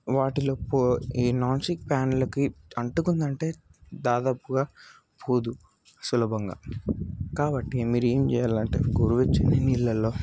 వాటిలోపు ఈ నాన్స్టిక్ ప్యాన్లకి అంటుకుంది అంటే దాదాపుగా పోదు సులభంగా కాబట్టి మీరు ఏం చేయాలంటే గోరువెచ్చని నీళ్ళలోకి